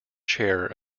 chair